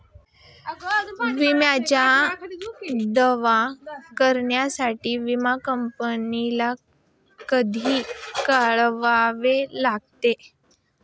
विम्याचा दावा करण्यासाठी विमा कंपनीला कधी कळवावे लागते?